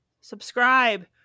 subscribe